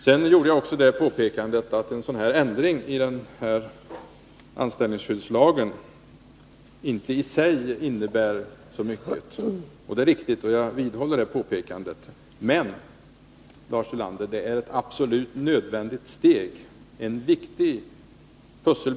Sedan gjorde jag också påpekandet att en sådan här ändring i anställningsskyddslagen inte innebär så stora förändringar i sig. Jag vidhåller det påpekandet! Men det är, Lars Ulander, absolut nödvändigt att ta detta steg.